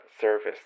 service